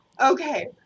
okay